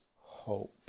hope